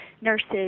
nurses